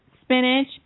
spinach